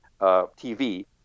TV